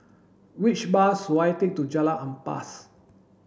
which bus should I take to Jalan Ampas